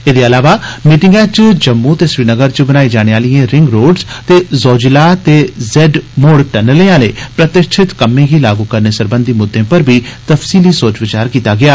एदे इलावा मीटिंगै च जम्मू ते श्रीनगर च बनाई जाने आलियें रिंग रोड्ज़ ते ज़ोजिला ते ज़ेड मोड़ टन्नलें आले प्रतिष्ठित कर्म्मे गी लागू करने सरबंधी म्द्दें पर बी तफसीली सोच विचार कीता गेया